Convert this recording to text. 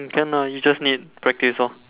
you can lah you just need practice lor